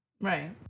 Right